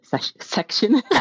section